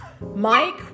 Mike